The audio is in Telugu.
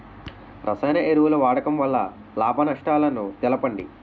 రసాయన ఎరువుల వాడకం వల్ల లాభ నష్టాలను తెలపండి?